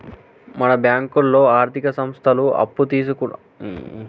మన బ్యాంకులో ఆర్థిక సంస్థలు అప్పులు తీసుకున్న వారికి నెలనెలా వాళ్ల ఖాతా ఇవరాలు తెలుపుతూ ఉంటుంది